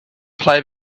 play